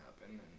happen